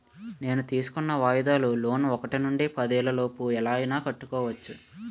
నేను తీసుకున్న వాయిదాల లోన్ ఒకటి నుండి పదేళ్ళ లోపు ఎలా అయినా కట్టుకోవచ్చును